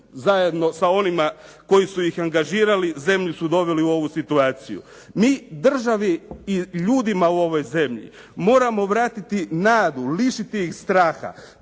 zajedno sa onima koji su ih angažirali zemlju su doveli u ovu situaciju. Mi državi i ljudima u ovoj zemlji moramo vratiti nadu, lišiti ih straha.